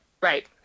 Right